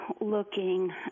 looking